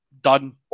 done